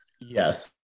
Yes